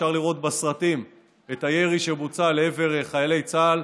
אפשר לראות בסרטים את הירי שבוצע לעבר חיילי צה"ל,